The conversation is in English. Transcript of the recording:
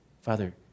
Father